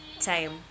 time